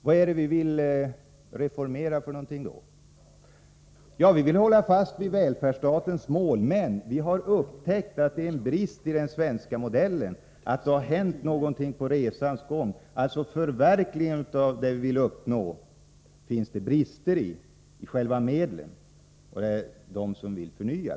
Vad är det då vi vill reformera? Ja, vi vill hålla fast vid välfärdsstatens mål, men vi har upptäckt att det finns brister i den svenska modellen, att det har hänt någonting under resans gång. Det finns alltså brister i medlen för förverkligandet av det vi vill uppnå, och det är dessa medel vi vill förnya.